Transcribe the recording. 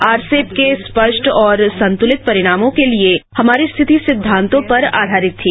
RCEP के स्पष्ट और संतुलित परिणामों के लिए हमारी स्थिति सिद्वान्तों पर आधारित थी